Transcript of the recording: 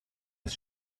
his